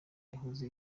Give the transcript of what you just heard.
yahoze